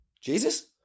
Jesus